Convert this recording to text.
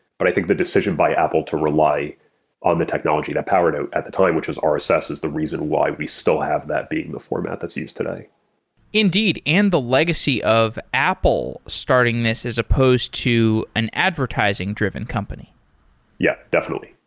but i think the decision by apple to rely on the technology that powered it at the time, which was rss, is the reason why we still have that being the format that's used today indeed, and the legacy of apple starting this as supposed to an advertising driven company yeah, definitely.